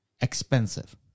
expensive